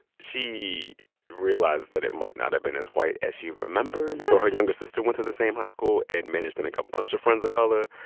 she realized that it might not have been as white as she remembered. so her younger sister went to the same high school and managed to make a bunch of friends of color.